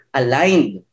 aligned